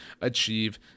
achieve